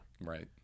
Right